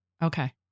Okay